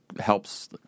helps